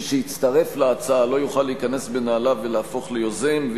מי שהצטרף להצעה לא יוכל להיכנס בנעליו ולהפוך ליוזם,